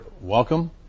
welcome